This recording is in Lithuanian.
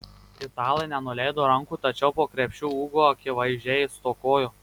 italai nenuleido rankų tačiau po krepšiu ūgio akivaizdžiai stokojo